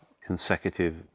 consecutive